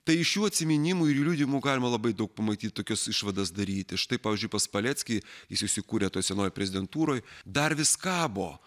tai iš jų atsiminimų ir jų liudijimų galima labai daug pamatyti tokias išvadas daryti štai pavyzdžiui pas paleckį jis įsikūrė toj senojoj prezidentūroj dar vis kabo